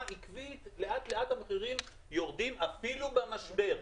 עקבית ולאט לאט המחירים יורדים אפילו במשבר.